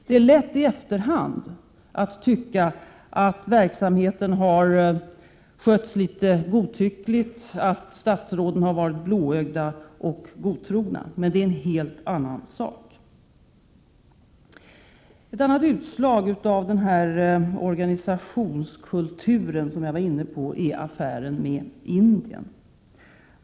Det är lätt att i efterhand tycka att verksamheten har skötts litet godtyckligt och att statsråden har varit blåögda och godtrogna. Men det är en helt annan sak. Ett annat utslag av den organisationskultur som jag tidigare var inne på är affären med Indien.